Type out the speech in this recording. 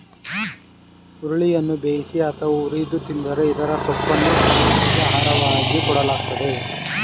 ಹುರುಳಿಯನ್ನ ಬೇಯಿಸಿ ಅಥವಾ ಹುರಿದು ತಿಂತರೆ ಇದರ ಸೊಪ್ಪನ್ನು ಪ್ರಾಣಿಗಳಿಗೆ ಆಹಾರವಾಗಿ ಕೊಡಲಾಗ್ತದೆ